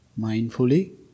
mindfully